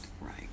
Right